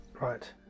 Right